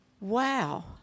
Wow